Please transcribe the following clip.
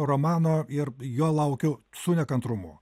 romano ir jo laukiu su nekantrumu